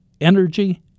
energy